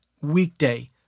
weekday